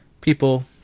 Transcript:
people